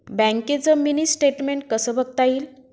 बँकेचं mini statement कसं बघता येईल?